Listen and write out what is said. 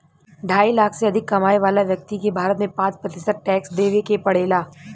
ढाई लाख से अधिक कमाए वाला व्यक्ति के भारत में पाँच प्रतिशत टैक्स देवे के पड़ेला